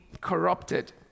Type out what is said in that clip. corrupted